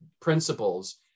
principles